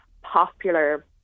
popular